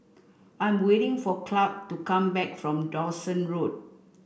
I'm waiting for Clark to come back from Dawson Road